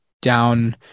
down